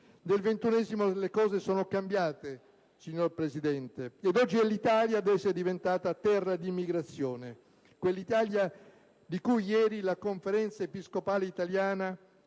Nel XXI secolo le cose sono cambiate, signor Presidente, ed oggi è l'Italia ad essere diventata terra d'immigrazione. Quell'Italia di cui ieri la Conferenza episcopale italiana